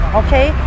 okay